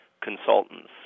consultants